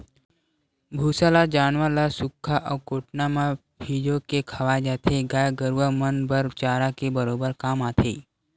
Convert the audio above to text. भूसा ल जानवर ल सुख्खा अउ कोटना म फिंजो के खवाय जाथे, गाय गरुवा मन बर चारा के बरोबर काम आथे